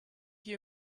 you